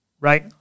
right